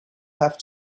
have